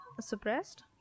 Suppressed